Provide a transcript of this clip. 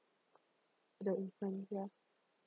the infant yeah